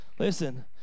Listen